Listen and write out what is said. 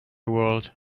world